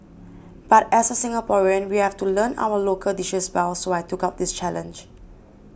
but as a Singaporean we have to learn our local dishes well so I took up this challenge